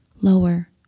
lower